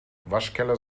waschkeller